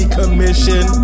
commission